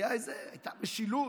הייתה משילות,